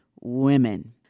women